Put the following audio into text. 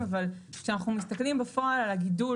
אבל אנחנו מברכים גם את משרד התחבורה על הרצון לקדם רפורמות לקראת חוק